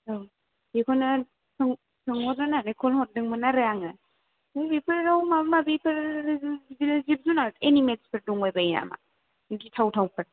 औ बेखौनो सोंहरनो होननानै कल हरदोंमोन आरो आङो बेफोराव माबा माबिफोर बिदिनो जिब जुनाद एनिमिल्सफोर दंबाय बायो नामा गिथावथावफोर